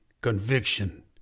Conviction